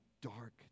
dark